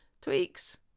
Tweaks